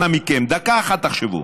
אנא מכם, דקה אחת תחשבו: